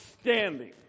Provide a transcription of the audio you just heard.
standing